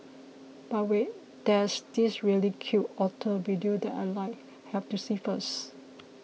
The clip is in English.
but wait there's this really cute otter video that I like have to see first